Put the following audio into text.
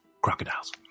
Crocodiles